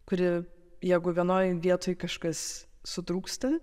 kuri jeigu vienoj vietoj kažkas sutrūksta